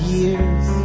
years